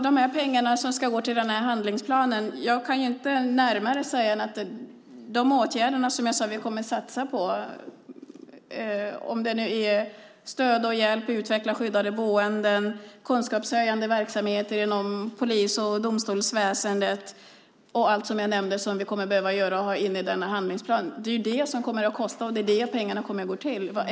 De pengar som ska gå till handlingsplanen kan jag inte säga något närmare om, men de åtgärder som vi kommer att satsa på är stöd och hjälp för att utveckla skyddade boenden och kunskapshöjande verksamheter inom polis och domstolsväsende - allt det som jag nämnde att vi kommer att behöva göra och ta in i denna handlingsplan. Det är det som kommer att kosta, och det är det pengarna kommer att gå till.